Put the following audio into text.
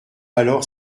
alors